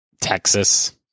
Texas